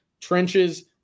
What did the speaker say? Trenches